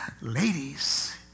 Ladies